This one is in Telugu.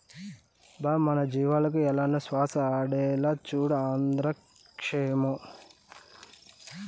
బా మన జీవాలకు ఏలనో శ్వాస ఆడేదిలా, సూడు ఆంద్రాక్సేమో